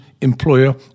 employer